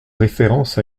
référence